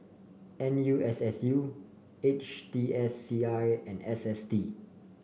N U S S U H T S C I and S S T